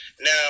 Now